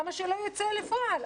למה שלא ייצא לפועל?